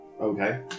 Okay